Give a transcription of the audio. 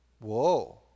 whoa